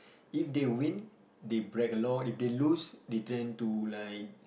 if they win they brag a lot if they lose they tend to like